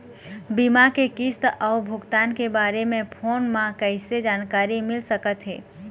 बीमा के किस्त अऊ भुगतान के बारे मे फोन म कइसे जानकारी मिल सकत हे?